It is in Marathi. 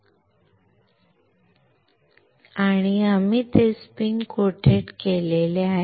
तुम्हाला जे समजले ते म्हणजे आम्ही स्पिन कोटेड केले आहे